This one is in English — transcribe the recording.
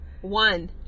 One